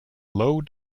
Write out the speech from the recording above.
low